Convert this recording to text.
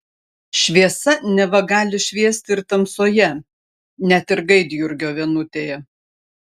šviesa neva gali šviesti ir tamsoje net ir gaidjurgio vienutėje